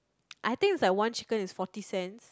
I think is like one chicken is forty cents